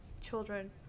children